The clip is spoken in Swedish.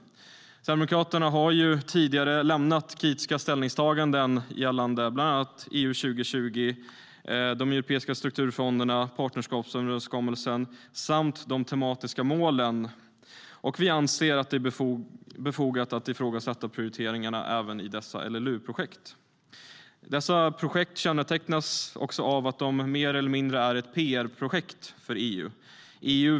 Sverigedemokraterna har lämnat kritiska ställningstaganden tidigare, bland annat när det gäller EU 2020, de europeiska strukturfonderna, partnerskapsöverenskommelsen samt de tematiska målen. Och vi anser att det även är befogat att ifrågasätta prioriteringarna i dessa LLU-projekt. Projekten kännetecknas av att de mer eller mindre är pr-projekt för EU.